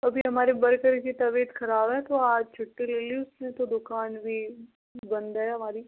अभी हमारे बड़े सर की तबियत ख़राब है तो आज छुट्टी ले ली उसने तो दुकान भी बंद है हमारी